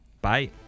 Bye